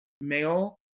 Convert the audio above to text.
male